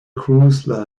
cruise